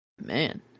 man